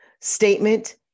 statement